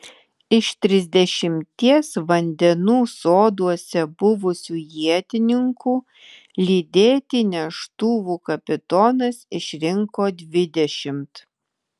iš trisdešimties vandenų soduose buvusių ietininkų lydėti neštuvų kapitonas išrinko dvidešimt